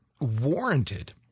warranted